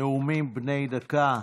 נאומים בני דקה.